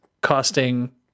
costing